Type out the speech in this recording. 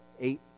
eight